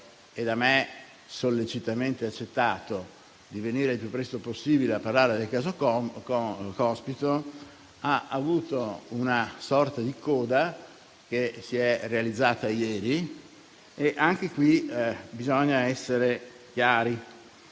e da me sollecitamente accettato - di venire il più presto possibile a riferire del caso Cospito, ha avuto una sorta di coda che si è realizzata ieri. Anche a tale proposito bisogna essere chiari.